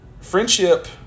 friendship